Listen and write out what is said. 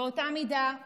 באותה מידה,